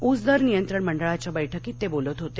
ऊसदर नियंत्रण मंडळाच्या बैठकीत ते बोलत होते